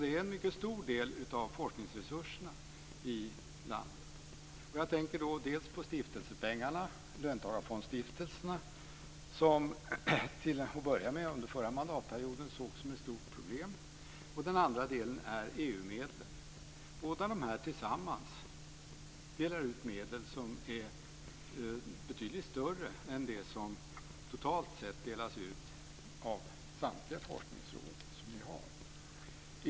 Det är en mycket stor del av forskningsresurserna i landet. Jag tänker på stiftelsepengarna, löntagarfondsstiftelserna. De sågs under förra mandatperioden som ett stort problem. Den andra delen är EU-medlen. Tillsammans utgör de medel som är betydligt större än det som totalt sett delas ut av samtliga forskningsråd.